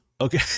Okay